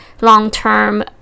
long-term